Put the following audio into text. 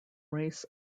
race